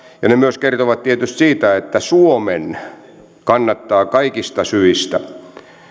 ja se myös kertoo tietysti siitä että suomen kannattaa kaikista syistä